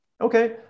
Okay